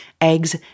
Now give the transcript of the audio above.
eggs